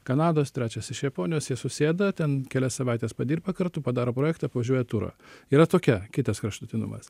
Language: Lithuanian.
kanados trečias iš japonijos jie susėda ten kelias savaites padirba kartu padaro projektą apvažiuoja turą yra tokia kitas kraštutinumas